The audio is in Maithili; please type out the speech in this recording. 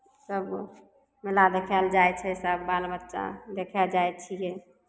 सभ मेला देखै लए जाइ छै सब बाल बच्चा देखे जाइ छियै